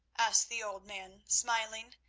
asked the old man, smiling.